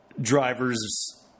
drivers